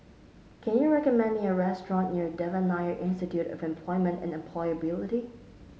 can you recommend me a restaurant near Devan Nair Institute of Employment and Employability